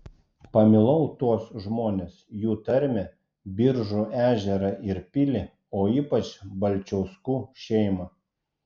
pamilau tuos žmones jų tarmę biržų ežerą ir pilį o ypač balčiauskų šeimą